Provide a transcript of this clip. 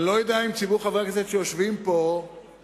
אני לא יודע אם ציבור חברי הכנסת שיושבים פה מודע